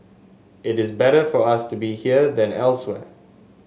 it is better for us to be here than elsewhere